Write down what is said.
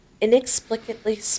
Inexplicably